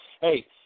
Hey